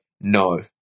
no